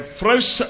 fresh